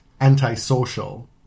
antisocial